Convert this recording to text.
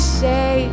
say